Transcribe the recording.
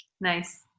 nice